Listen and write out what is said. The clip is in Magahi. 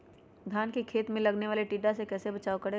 धान के खेत मे लगने वाले टिड्डा से कैसे बचाओ करें?